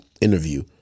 interview